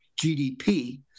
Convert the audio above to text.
GDP